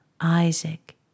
Isaac